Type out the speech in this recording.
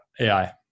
AI